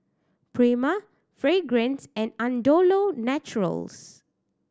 Prima Fragrance and Andalou Naturals